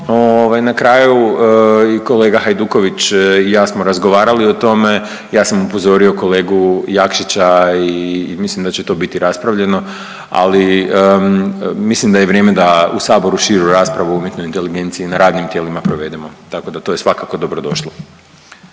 na kraju i kolega Hajduković i ja smo razgovarali o tome. Ja sam upozorio kolegu Jakšića i mislim da će to biti raspravljeno, ali mislim da je i vrijeme da u saboru širu raspravu o umjetnoj inteligenciji na radnim tijelima provedemo. Tako da to je svakako dobrodošlo.